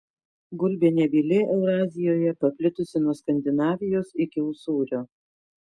gulbė nebylė eurazijoje paplitusi nuo skandinavijos iki usūrio